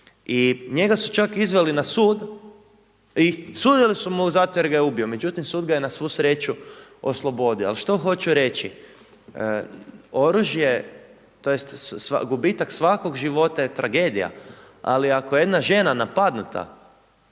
I njega su čak izveli na sud i sudili su mu zato jer ga je ubio. Međutim, sud ga je na svu sreću oslobodio. Ali što hoću reći? Oružje tj. gubitak svakog života je tragedija, ali ako je jedna žena napadnuta